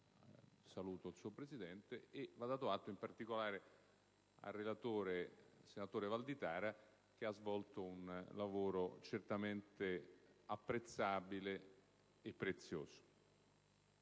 saluto il Presidente) e in particolare al relatore, senatore Valditara, che ha svolto un lavoro certamente apprezzabile e prezioso.